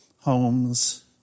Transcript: homes